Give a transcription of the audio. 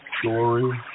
story